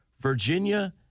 virginia